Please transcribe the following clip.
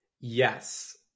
Yes